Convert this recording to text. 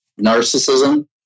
narcissism